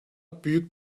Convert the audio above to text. büyük